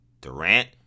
Durant